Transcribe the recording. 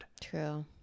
True